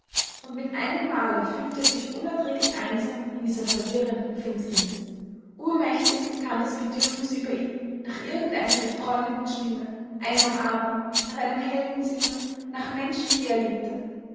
und mit einem male fühlte er sich unerträglich einsam in dieser verwirrenden finsternis urmächtig kam das bedürfnis über ihn nach irgendeiner befreundeten stimme einer umarmung nach einem hellen zimmer nach menschen die er